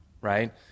right